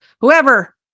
whoever